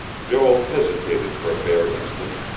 joel hesitated for a bare instant,